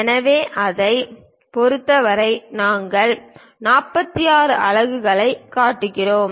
எனவே அதைப் பொறுத்தவரை நாங்கள் 46 அலகுகளைக் காட்டுகிறோம்